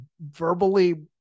verbally